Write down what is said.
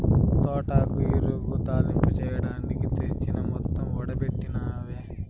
తోటాకు ఇగురు, తాలింపు చెయ్యడానికి తెస్తి మొత్తం ఓడబెట్టినవే